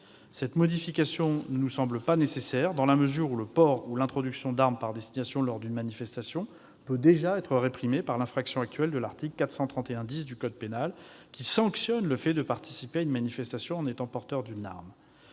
Cette modification ne nous semble pas nécessaire, dans la mesure où le port ou l'introduction d'armes par destination lors d'une manifestation peut déjà être réprimé par l'infraction prévue à l'article 431-10 du code pénal, qui sanctionne le fait de participer à une manifestation en étant porteur d'une arme.